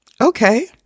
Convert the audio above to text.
okay